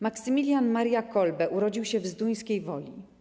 Maksymilian Maria Kolbe urodził się w Zduńskiej Woli.